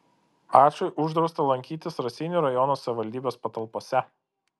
ačui uždrausta lankytis raseinių rajono savivaldybės patalpose